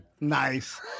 Nice